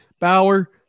Bauer